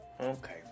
okay